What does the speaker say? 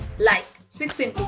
like six and